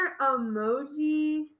emoji